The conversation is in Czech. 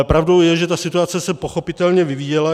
Pravdou je, že situace se pochopitelně vyvíjela.